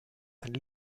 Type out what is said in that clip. eine